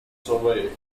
survey